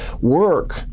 Work